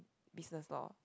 business law